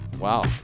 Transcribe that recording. Wow